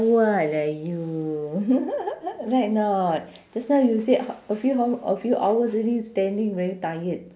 what lah you right or not just now you said a few hou~ a few hours already standing very tired